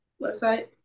website